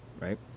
Right